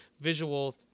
visual